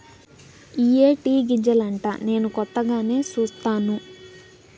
ఇయ్యే టీ గింజలంటా నేను కొత్తగానే సుస్తాను